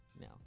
no